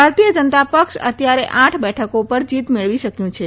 ભારતીય જનતા પક્ષ અત્યારે આઠ બેઠકો ઉપર જીત મેળવી શક્યું છે